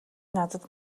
надад